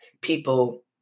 people